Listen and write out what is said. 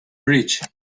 bridge